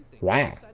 Wow